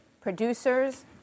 producers